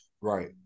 Right